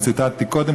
וציטטתי קודם,